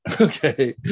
okay